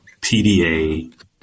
PDA